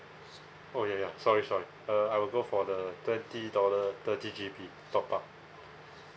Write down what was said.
oh ya ya sorry sorry uh I will go for the thirty dollar thirty G_B top up